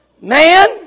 man